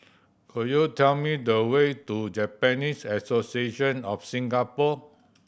could you tell me the way to Japanese Association of Singapore